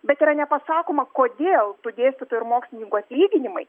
bet yra nepasakoma kodėl tų dėstytojų ir mokslininkų atlyginimai